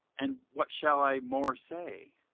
and what shall i more say?